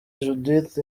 judith